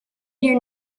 here